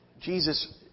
Jesus